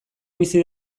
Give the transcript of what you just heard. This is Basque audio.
bizi